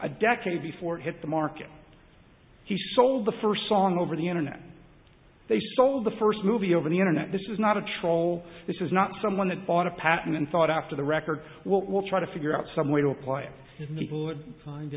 a decade before it hit the market he sold the first song over the internet they stole the first movie over the internet this is not a troll this is not someone that bought a patent and thought after the record what will try to figure out some way to apply it in the board find